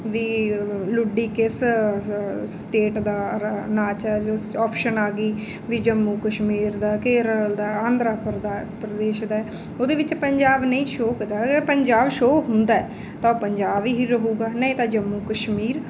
ਵੀ ਲੁੱਡੀ ਕਿਸ ਸ ਸਟੇਟ ਦਾ ਨ ਨਾਚ ਹੈ ਜੋ ਆਪਸ਼ਨ ਆ ਗਈ ਵੀ ਜੰਮੂ ਕਸ਼ਮੀਰ ਦਾ ਕੇਰਲ ਦਾ ਆਂਧਰਾਪੁਰ ਦਾ ਪ੍ਰਦੇਸ਼ ਦਾ ਉਹਦੇ ਵਿੱਚ ਪੰਜਾਬ ਨਹੀਂ ਸ਼ੋ ਕਦਾ ਅਗਰ ਪੰਜਾਬ ਸ਼ੋ ਹੁੰਦਾ ਤਾਂ ਪੰਜਾਬ ਹੀ ਰਹੇਗਾ ਨਹੀਂ ਤਾਂ ਜੰਮੂ ਕਸ਼ਮੀਰ